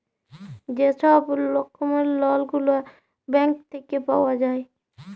যে ছব রকমের লল গুলা ব্যাংক থ্যাইকে পাউয়া যায়